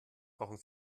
brauchen